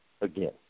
again